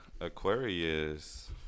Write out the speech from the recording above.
Aquarius